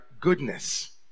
goodness